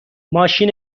ماشین